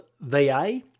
VA